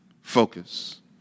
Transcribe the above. focus